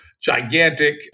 gigantic